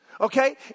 Okay